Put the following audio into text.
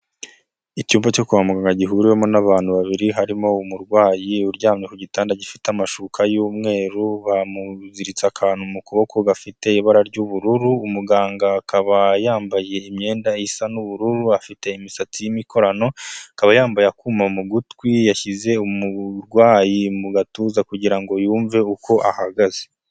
Icyumba cyo kwa muganga gihuriwemo n'abantu babiri harimo umurwayi uryamye ku gitanda gifite amashuka y'umweru, bamuziritse akantu mu kuboko gafite ibara ry'ubururu, umuganga akaba yambaye imyenda isa nu'ubururu afite imisatsi y'imikorano akaba yambaye akuma mu gutwi yashyize umurwayi mu gatuza kugira ngo yumve uko ahagaze.